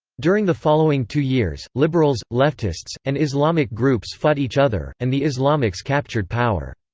during the following two years, liberals, leftists, and islamic groups fought each other, and the islamics captured power.